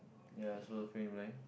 ya you supposed to fill in right